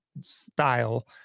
style